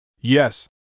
Yes